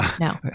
No